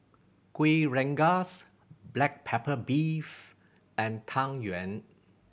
Kuih Rengas black pepper beef and Tang Yuen